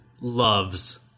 loves